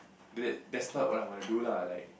that that's not what I want to do lah like